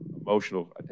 emotional